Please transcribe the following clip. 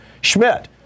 Schmidt